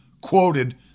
quoted